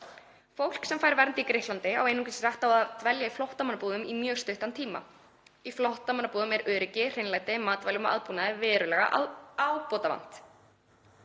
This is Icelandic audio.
Fólk sem fær vernd í Grikklandi á einungis rétt á að dvelja í flóttamannabúðum í mjög stuttan tíma. Í flóttamannabúðum er öryggi, hreinlæti, matvælum og aðbúnaði verulega ábótavant.